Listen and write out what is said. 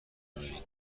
میبینی